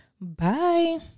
bye